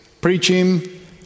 preaching